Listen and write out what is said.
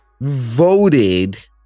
voted